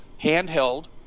handheld